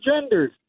genders